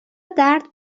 درد